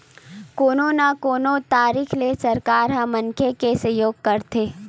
कोनो न कोनो तरिका ले सरकार ह मनखे के सहयोग करथे